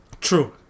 True